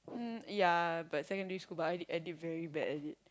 mm yeah but secondary school but I did I did very bad at it